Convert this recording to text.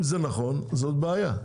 אם זה נכון זאת בעיה.